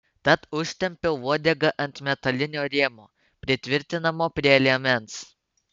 tad užtempiau uodegą ant metalinio rėmo pritvirtinamo prie liemens